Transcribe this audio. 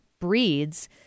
breeds